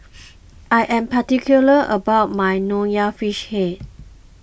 I am particular about my Nonya Fish Head